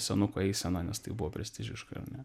senuką eiseną nes tai buvo prestižiška ar ne